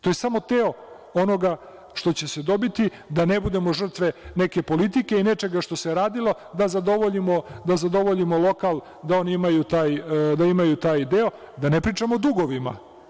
To je samo deo onoga što će se dobiti da ne budemo žrtve neke politike i nečega što se radilo, da zadovoljimo lokal, da imaju taj deo, da ne pričamo o dugovima.